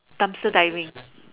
time to diving